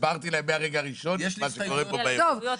הסברתי להם מהרגע הראשון מה קורה פה ביום-יום.